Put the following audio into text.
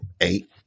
eight